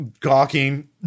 gawking